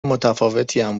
متفاوتیم